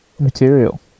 Material